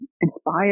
inspired